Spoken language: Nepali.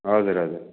हजुर हजुर